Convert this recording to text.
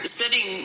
sitting